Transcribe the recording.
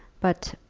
but,